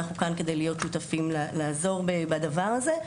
ואנחנו כאן כדי להיות שותפים כדי לעזור בדבר הזה.